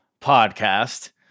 podcast